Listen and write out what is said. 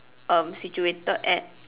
um situated at